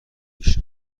ریش